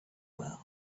world